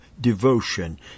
devotion